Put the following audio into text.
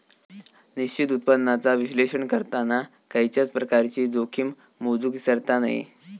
निश्चित उत्पन्नाचा विश्लेषण करताना खयच्याय प्रकारची जोखीम मोजुक इसरता नये